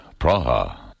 Praha